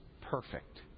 perfect